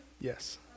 Yes